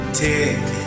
tick